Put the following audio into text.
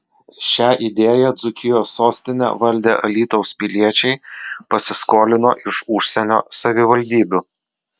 šią idėją dzūkijos sostinę valdę alytaus piliečiai pasiskolino iš užsienio savivaldybių